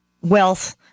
wealth